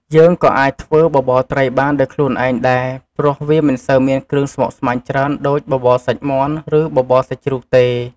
យើងក៏អាចធ្វើបបរត្រីបានដោយខ្លូនឯងដែរព្រោះវាមិនសូវមានគ្រឿងស្មុកស្មាញច្រើនដូច បបរសាច់មាន់ ឬបបរសាច់ជ្រូកទេ។